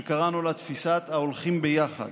שקראנו לה תפיסת "ההולכים ביחד".